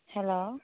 hello